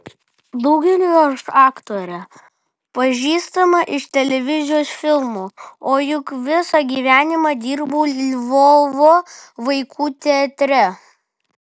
daugeliui aš aktorė pažįstama iš televizijos filmų o juk visą gyvenimą dirbau lvovo vaikų teatre